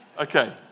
Okay